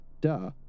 duh